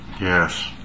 Yes